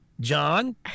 John